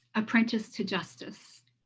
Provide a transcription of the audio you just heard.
apprenticed to justice